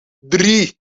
drie